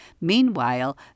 Meanwhile